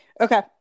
Okay